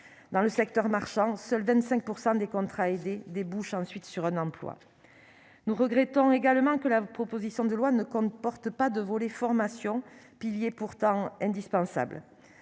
dans le secteur marchand, seuls 25 % des contrats aidés débouchent ensuite sur un emploi, nous regrettons également que la proposition de loi ne comportent pas de volet formation piliers pourtant indispensables